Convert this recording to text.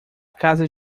casa